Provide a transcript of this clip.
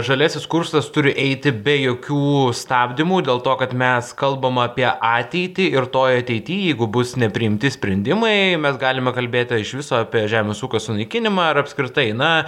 žaliasis kursas turi eiti be jokių stabdymų dėl to kad mes kalbam apie ateitį ir toj ateity jeigu bus nepriimti sprendimai mes galime kalbėti iš viso apie žemės ūkio sunaikinimą ar apskritai na